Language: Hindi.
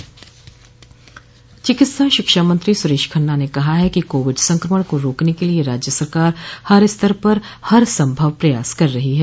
प्रदेश के चिकित्सा शिक्षा मंत्री सुरेश खन्ना ने कहा है कि कोविड संक्रमण को रोकने के लिये राज्य सरकार हर स्तर पर हर संभव प्रयास कर रही है